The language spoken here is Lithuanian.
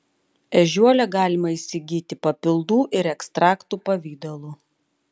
ežiuolę galima įsigyti papildų ir ekstraktų pavidalu